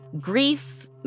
grief